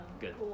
Good